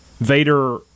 Vader